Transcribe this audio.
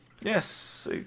Yes